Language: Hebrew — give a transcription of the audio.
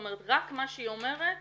רק מה שהיא אומרת